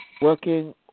working